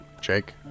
Jake